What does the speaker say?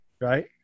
right